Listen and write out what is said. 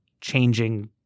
changing